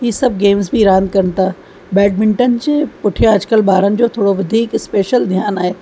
हीअ सभु गेम्स बि रांदि कनि था बैडमिंटन जे पुठियां अॼुकल्ह ॿारनि जो थोरो वधीक स्पेशल ध्यान आहे